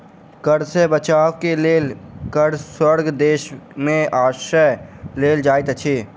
कर सॅ बचअ के लेल कर स्वर्ग देश में आश्रय लेल जाइत अछि